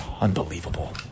Unbelievable